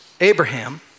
Abraham